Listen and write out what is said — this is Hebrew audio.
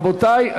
רבותי,